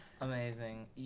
Amazing